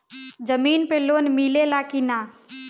जमीन पे लोन मिले ला की ना?